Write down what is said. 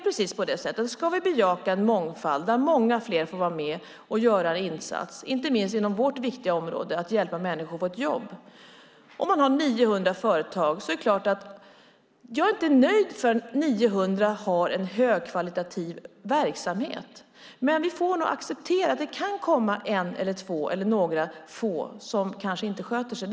Vi ska bejaka en mångfald där många fler får vara med inte minst inom vårt viktiga område att hjälpa människor att få ett jobb. Om man har 900 företag är jag inte nöjd förrän 900 har en högkvalitativ verksamhet. Men vi får nog acceptera att det kan komma en eller två, eller några få, som kanske inte sköter sig.